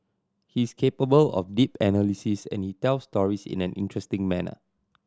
he's capable of deep analysis and he tells stories in an interesting manner